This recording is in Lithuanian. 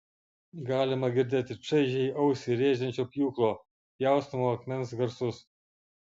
galima girdėti čaižiai ausį rėžiančio pjūklo pjaustomo akmens garsus